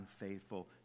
unfaithful